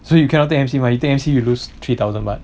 so you cannot take M_C mah you take mc you lose three thousand baht